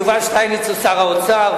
יובל שטייניץ הוא שר האוצר,